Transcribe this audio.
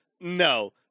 No